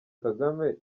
kagame